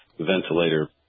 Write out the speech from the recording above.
Ventilator